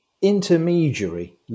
intermediary